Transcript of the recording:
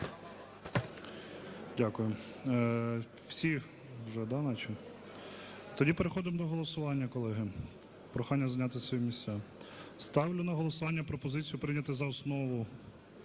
Дякую. Всі вже, да, наче? Тоді переходимо до голосування, колеги. Прохання зайняти свої місця. Ставлю на голосування пропозицію прийняти за основу